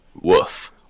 Woof